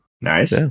nice